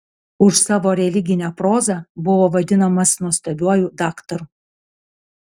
už savo religinę prozą buvo vadinamas nuostabiuoju daktaru